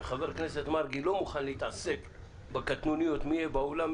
וחבר הכנסת מרגי לא מוכן להתעסק בקטנוניות מי יהיה באולם,